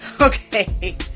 okay